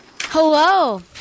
Hello